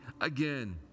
again